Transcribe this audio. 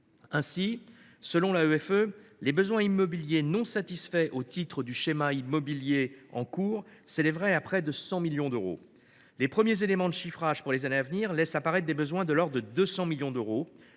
Ainsi, selon l’AEFE, les besoins immobiliers non satisfaits au titre du schéma immobilier en cours s’élèveraient à près de 100 millions d’euros. Les premiers éléments de chiffrage pour les années à venir laissent apparaître des besoins de l’ordre de 200 millions d’euros.